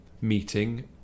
meeting